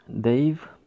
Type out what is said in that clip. Dave